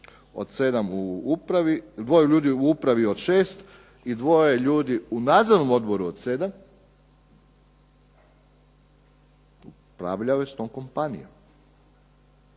od 7 u upravi, dvoje ljudi u upravi od 6 i dvoje ljudi u nadzornom odboru od 7 upravljaju s tom kompanijom.